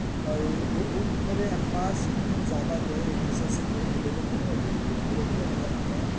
اور وہ میرے الفاظ میں زیادہ جو ہے ایک دوسرے سے جو ہے ملے ہوئے نہیں ہوتے بالکل کھلے کھلے نظر آتے ہیں